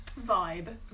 vibe